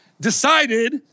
decided